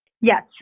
yes